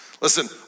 Listen